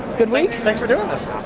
good week? thanks for doin this!